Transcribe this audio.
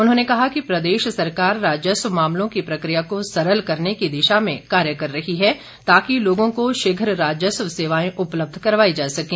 उन्होंने कहा कि प्रदेश सरकार राजस्व मामलों की प्रक्रिया को सरल करने की दिशा में कार्य कर रही है ताकि लोगों को शीघ्र राजस्व सेवाएं उपलब्ध करवाई जा सकें